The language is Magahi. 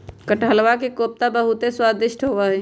कटहलवा के कोफ्ता बहुत स्वादिष्ट होबा हई